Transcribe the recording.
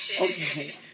Okay